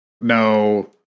No